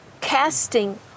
casting